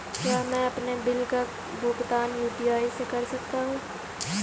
क्या मैं अपने बिल का भुगतान यू.पी.आई से कर सकता हूँ?